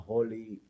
Holy